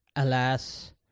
Alas